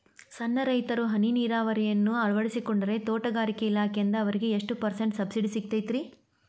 ಸಣ್ಣ ರೈತರು ಹನಿ ನೇರಾವರಿಯನ್ನ ಅಳವಡಿಸಿಕೊಂಡರೆ ತೋಟಗಾರಿಕೆ ಇಲಾಖೆಯಿಂದ ಅವರಿಗೆ ಎಷ್ಟು ಪರ್ಸೆಂಟ್ ಸಬ್ಸಿಡಿ ಸಿಗುತ್ತೈತರೇ?